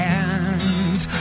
hands